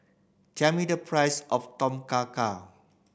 tell me the price of Tom Kha Gai